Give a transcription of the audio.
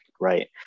right